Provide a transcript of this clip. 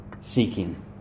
seeking